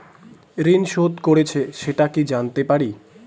ঋণ শোধ করেছে সেটা কি জানতে পারি?